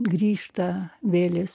grįžta vėlės